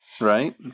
right